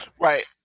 right